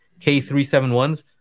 K371s